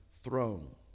throne